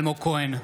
אלמוג כהן,